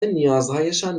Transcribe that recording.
نیازهایشان